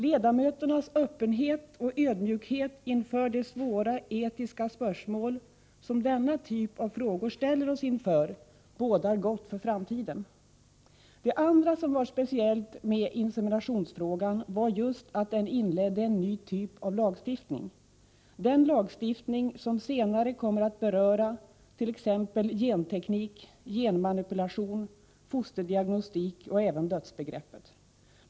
Ledamöternas öppenhet och ödmjukhet när det gäller de svåra etiska spörsmål som denna typ av frågor ställer oss inför bådar gott för framtiden. Det andra som var speciellt med inseminationsfrågan var just att den inledde en ny typ av lagstiftning — den lagstiftning som senare kommer att berörat.ex. genteknik, genmanipulation, fosterdiagnostik och även dödsbegreppet.